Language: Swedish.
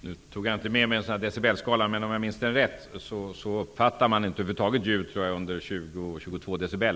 Herr talman! Jag tog inte med mig decibelskalan, men om jag minns rätt uppfattar man över huvud taget inga ljud under ca 20--22 decibel.